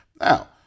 now